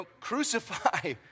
crucify